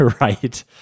Right